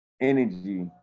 energy